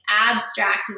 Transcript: abstract